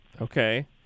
Okay